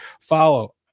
follow